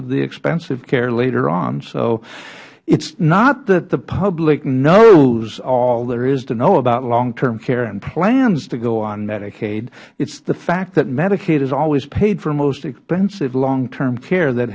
of the expensive care later on it is not that the public knows all there is to know about long term care and plans to go on medicaid it is the fact that medicaid has always paid for most expensive long term care that